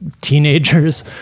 teenagers